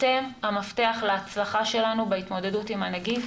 אתם המפתח להצלחה שלנו בהתמודדות עם הנגיף